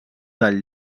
del